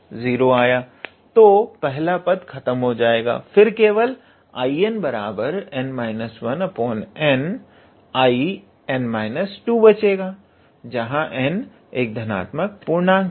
तो पहला पद खत्म हो जाएगा और फिर हमारे पास केवल 𝐼𝑛 n 𝐼𝑛−2 बचेगा जहां n एक धनात्मक पूर्णांक है